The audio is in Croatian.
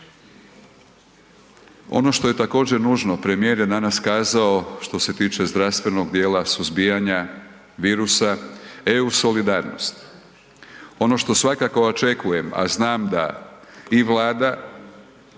Ono što je također nužno, premijer je danas kazao što se tiče zdravstvenog djela, suzbijanja, EU solidarnost. Ono što svakako očekujem a znam da i Vlada